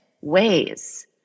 ways